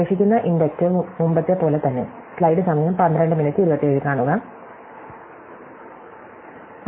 ശേഷിക്കുന്ന ഇൻഡക്റ്റീവ് സമയം 1227 കാണുക മുമ്പത്തെപ്പോലെ തന്നെ